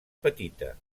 petita